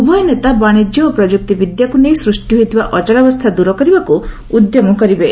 ଉଭୟ ନେତା ବାଶିକ୍ୟ ଓ ପ୍ରଯୁକ୍ତି ବିଦ୍ୟାକୁ ନେଇ ସୃଷ୍ଟି ହୋଇଥିବା ଅଚଳାବସ୍ଥା ଦ୍ର କରିବାକୁ ଉଦ୍ୟମ କରିବେ